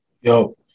Yo